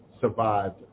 survived